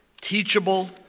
teachable